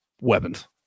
weapons